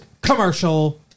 Commercial